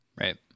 Right